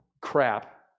crap